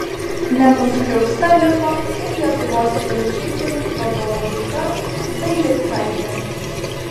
nenuskriausta liko ir lietuvos geležinkelių vadovo dukra dailydkaitė